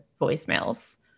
voicemails